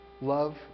love